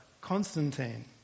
Constantine